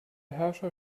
herrscher